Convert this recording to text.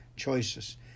Choices